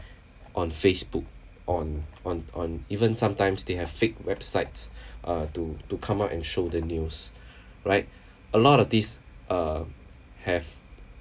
on Facebook on on on even sometimes they have fake websites uh to to come out and show the news right a lot of these uh have